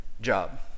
job